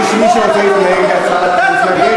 לתמוך